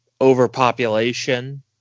overpopulation